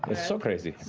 ah so crazy.